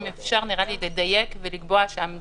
אם אפשר לדייק מבחינת הנוסח ולקבוע שהעמדה